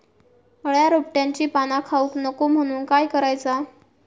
अळ्या रोपट्यांची पाना खाऊक नको म्हणून काय करायचा?